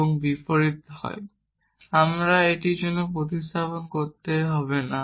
এবং বিপরীত হয় এবং আমাদের এটি প্রতিস্থাপন করতে হবে না